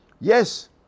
Yes